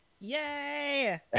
yay